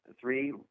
three